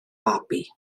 babi